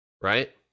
right